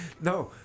No